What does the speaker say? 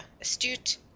astute